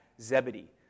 Zebedee